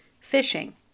fishing